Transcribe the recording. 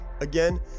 Again